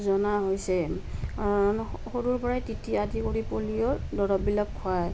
জনা হৈছে সৰুৰ পৰাই টিটি আদি কৰি পলিঅ'ৰ দৰৱবিলাক খুৱায়